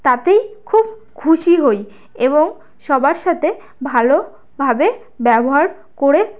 তাতেই খুব খুশি হই এবং সবার সাথে ভালোভাবে ব্যবহার করে